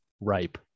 ripe